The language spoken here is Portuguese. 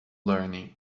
learning